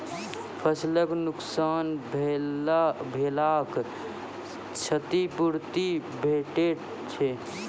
फसलक नुकसान भेलाक क्षतिपूर्ति भेटैत छै?